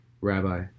Rabbi